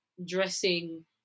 Dressing